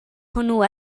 hwnnw